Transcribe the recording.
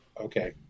okay